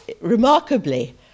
remarkably